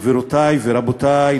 גבירותי ורבותי,